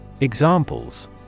Examples